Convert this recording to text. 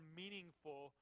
meaningful